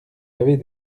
avez